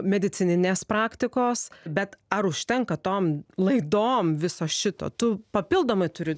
medicininės praktikos bet ar užtenka tom laidom viso šito tu papildomai turi